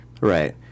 Right